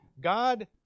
God